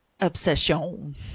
Obsession